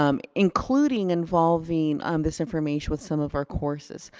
um including involving um this information with some of our courses.